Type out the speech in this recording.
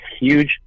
huge